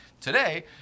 Today